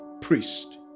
priest